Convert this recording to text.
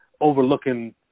overlooking